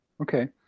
Okay